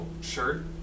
shirt